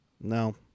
No